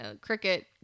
cricket